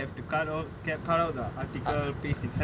have to cut out cut out the article paste inside